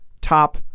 top